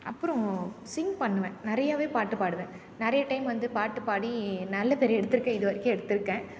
அப்புறம் சிங் பண்ணுவேன் நிறையவே பாட்டு பாடுவேன் நிறைய டைம் வந்து பாட்டு பாடி நல்ல பேர் எடுத்திருக்கேன் இது வரைக்கும் எடுத்திருக்கேன்